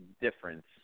difference